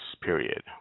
period